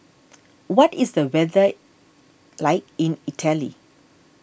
what is the weather like in Italy